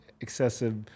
excessive